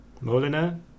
Molina